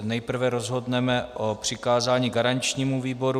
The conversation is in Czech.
Nejprve rozhodneme o přikázání garančnímu výboru.